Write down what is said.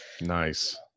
Nice